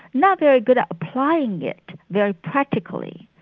not very good at applying it very practically.